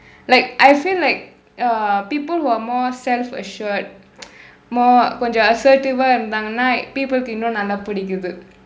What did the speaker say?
like I feel like uh people who are more self assured more கொஞ்சம்:konjsam assertive ah இருந்தாங்கனா:irunthaangkanaa people-kku இன்னும் நல்லா பிடிக்கிது:kku innum nallaa pidikkithu